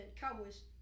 Cowboys